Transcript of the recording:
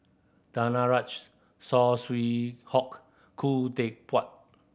Danaraj Saw Swee Hock Khoo Teck Puat